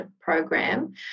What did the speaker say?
program